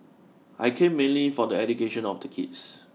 I came mainly for the education of the kids